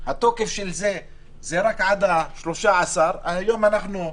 התוקף שלו הוא רק עד ה-13, והיום ה-11.